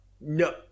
No